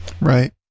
Right